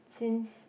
since